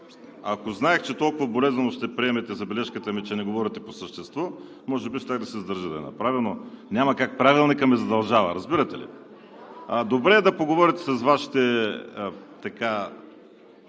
ако знаех, че толкова болезнено ще приемете забележката ми, че не говорите по същество, може би щях да се сдържа да я направя, но няма как. Правилникът ме задължава, разбирате ли? Добре е да поговорите с Вашите